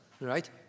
right